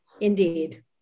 Indeed